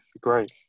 great